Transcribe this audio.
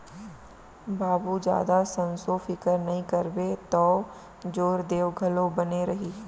बाबू जादा संसो फिकर नइ करबे तौ जोर देंव घलौ बने रही